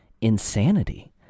insanity